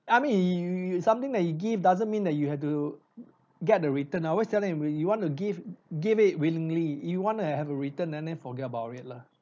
I mean you you you you something that you give doesn't mean that you have to get the return I always tell them you you want to give give it willingly you want to have a return then then forget about it lah